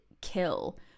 kill